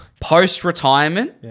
Post-retirement